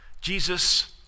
Jesus